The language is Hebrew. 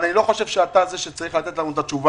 אבל אני לא חושב שאתה זה שצריך לתת לנו את התשובה.